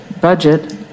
budget